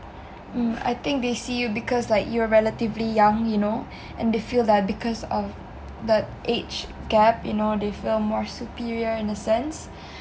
mm I think they see you because like you are relatively young you know and they feel that because of the the age gap you know they feel more superior in the sense